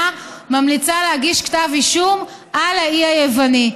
ממליצה להגיש כתב אישום על האי היווני.